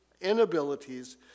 inabilities